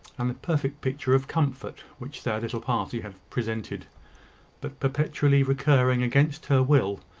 and the perfect picture of comfort which their little party had presented but perpetually recurring, against her will,